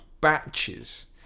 batches